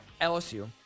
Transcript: LSU